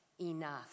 enough